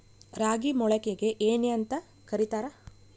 ರಾಗಿ ಮೊಳಕೆಗೆ ಏನ್ಯಾಂತ ಕರಿತಾರ?